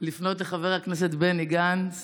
לפנות לחבר הכנסת בני גנץ